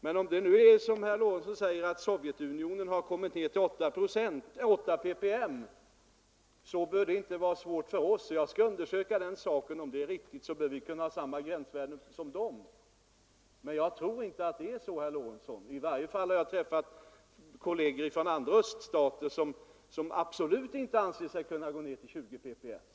Men om det nu är som herr Lorentzon säger att Sovjetunionen har kommit ner till 8 ppm, bör det inte vara svårt för oss att åstadkomma samma gränsvärden. Jag skall undersöka om den uppgiften är riktig, men jag tror inte det, herr Lorentzon. Jag har i varje fall träffat kolleger från andra öststater som absolut inte anser sig kunna gå ned till 20 ppm.